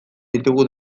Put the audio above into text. ditugu